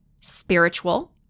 spiritual